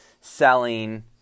selling